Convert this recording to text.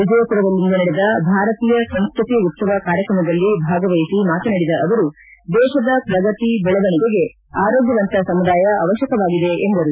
ವಿಜಯಪುರದಲ್ಲಿಂದು ನಡೆದ ಭಾರತೀಯ ಸಂಸ್ಕೃತಿ ಉತ್ಸವ ಕಾರ್ಯತ್ರಮದಲ್ಲಿ ಭಾಗವಹಿಸಿ ಮಾತನಾಡಿದ ಅವರು ದೇಶದ ಪ್ರಗತಿ ಬೆಳವಣಿಗೆಗೆ ಆರೋಗ್ಯವಂತ ಸಮುದಾಯ ಅವಶ್ಯಕವಾಗಿದೆ ಎಂದರು